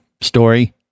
story